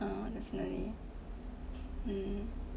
uh definitely um